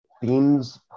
themes